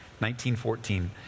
1914